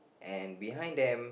and behind them